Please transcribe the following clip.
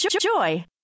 Joy